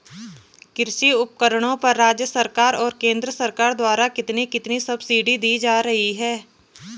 कृषि उपकरणों पर राज्य सरकार और केंद्र सरकार द्वारा कितनी कितनी सब्सिडी दी जा रही है?